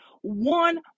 one